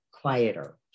quieter